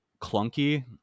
clunky